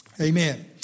Amen